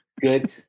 Good